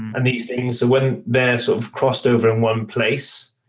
and these things, when they're sort of crossed over in one place,